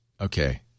Okay